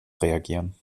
reagieren